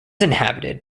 inhabited